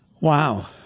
Wow